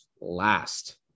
last